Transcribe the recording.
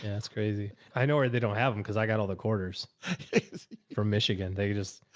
and that's crazy. i know her. they don't have them. cause i got all the quarters from michigan. they just,